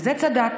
בזה צדקת.